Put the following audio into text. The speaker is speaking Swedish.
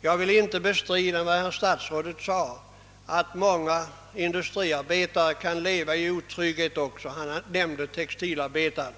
Jag vill inte bestrida vad statsrådet sade om att många industriarbetare också kan leva i otrygghet. Han nämnde textilarbetare.